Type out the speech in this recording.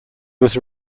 was